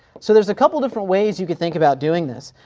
so there's a couple different ways you could think about doing this,